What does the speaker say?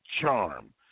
charm